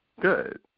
Good